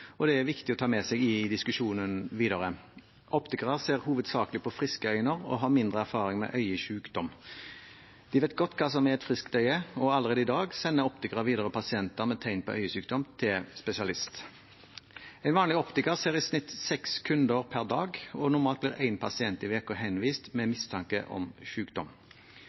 det er det viktig å ta med seg i diskusjonen videre. Optikere ser hovedsakelig på friske øyne og har mindre erfaring med øyesykdom. De vet godt hva som er et friskt øye, og allerede i dag sender optikere pasienter med tegn på øyesykdom videre til spesialist. En vanlig optiker ser i snitt seks kunder per dag, og normalt blir én pasient i uken henvist med mistanke om